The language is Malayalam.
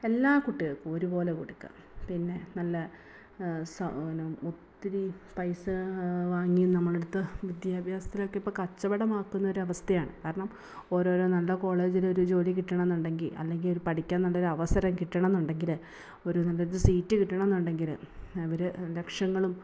എല്ലാ കുട്ടികൾക്കും ഒരുപോലെ കൊടുക്കുക പിന്നെ നല്ല പിന്നെ ഒത്തിരി പൈസ വാങ്ങി നമ്മളുടെ അടുത്ത് വിദ്യാഭ്യാസത്തിനൊക്കെ ഇപ്പം കച്ചവടമാക്കുന്നൊരവസ്ഥയാണ് കാരണം ഓരോരോ നല്ല കോളേജിൽ ഒരു ജോലി കിട്ടണമെന്നുണ്ടെങ്കിൽ അല്ലെങ്കിൽ പഠിക്കാൻ നല്ലൊരവസരം കിട്ടണമെന്നുണ്ടെങ്കിൽ ഒരു നല്ലൊരു സീറ്റ് കിട്ടണമെന്നുണ്ടെങ്കിൽ അവർ ലക്ഷങ്ങളും